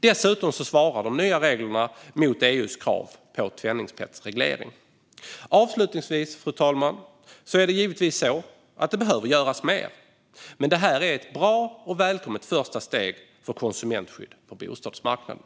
Dessutom svarar de nya reglerna upp mot EU:s krav på penningtvättsreglering. Avslutningsvis, fru talman, behöver givetvis mer göras. Men detta är ett bra och välkommet första steg för konsumentskyddet på bostadsmarknaden.